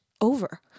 over